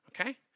okay